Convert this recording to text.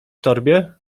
torbie